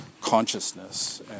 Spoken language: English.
consciousness